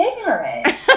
ignorant